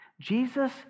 Jesus